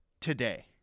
today